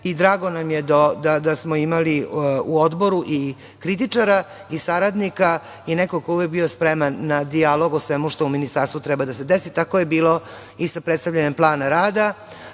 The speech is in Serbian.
i drago nam je da smo imali u Odboru i kritičara i saradnika i nekog ko je uvek bio spreman na dijalog o svemu što u Ministarstvu treba da se desi. Tako je bilo i sa predstavljanjem plana rada